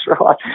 right